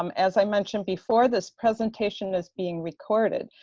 um as i mentioned before this presentation is being recorded.